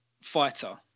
fighter